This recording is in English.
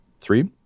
three